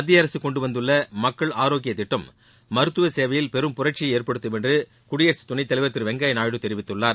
மத்திய அரசு கொண்டு வந்துள்ள மக்கள் ஆரோக்கிய திட்டம் மருத்துவ சேவையில் பெரும் புரட்சியை ஏற்படுத்தும் என்று குடியரசு துணைத்தலைவர் திரு வெங்கையா நாயுடு தெரிவித்துள்ளார்